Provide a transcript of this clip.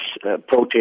protest